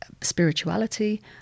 spirituality